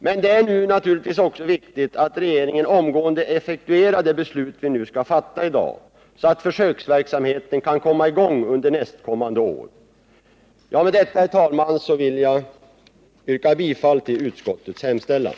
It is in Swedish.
Jag är övertygad om att det kommer att bli en attraktiv Hasleskolan ER så att försöksverksamheten kan komma i gång under nästkommande F Med detta, herr talman, vill jag yrka bifall till utskottets hemställan.